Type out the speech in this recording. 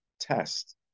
test